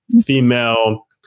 female